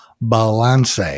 balance